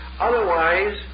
Otherwise